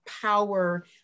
power